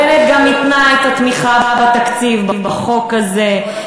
בנט גם התנה את התמיכה בתקציב בחוק הזה,